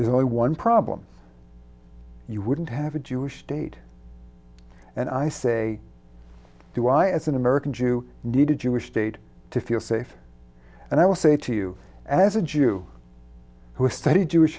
there's only one problem you wouldn't have a jewish state and i say do i as an american jew need a jewish state to feel safe and i will say to you as a jew who study jewish